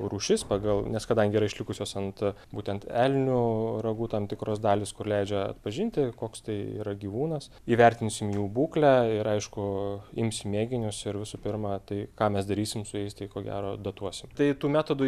rūšis pagal nes kadangi yra išlikusios ant būtent elnių ragų tam tikros dalys kur leidžia atpažinti koks tai yra gyvūnas įvertinsim jų būklę ir aišku imsim mėginius ir visų pirma tai ką mes darysim su jais tai ko gero dotuosim tai tų metodų